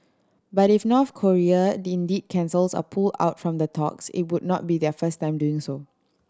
but if North Korea indeed cancels or pull out from the talks it wouldn't be their first time doing so